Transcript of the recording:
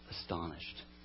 astonished